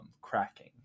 cracking